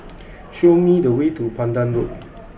show me the way to Pandan Loop